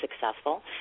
successful